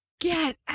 Get